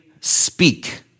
speak